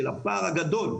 שהוא פער גדול,